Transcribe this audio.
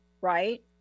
right